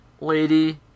lady